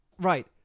right